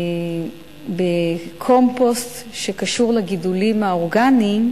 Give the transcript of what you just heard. בקומפוסט שקשור לגידולים האורגניים,